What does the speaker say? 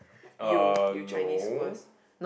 uh no